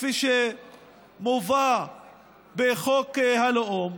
כפי שמובא בחוק הלאום,